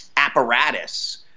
apparatus